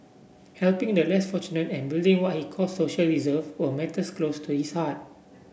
helping the less fortunate and building what he call social reserve were matters close to his heart